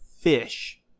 fish